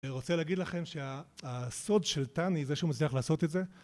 רוצה להגיד לכם שהסוד של טאני, זה שהוא מצליח לעשות את זה